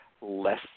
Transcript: less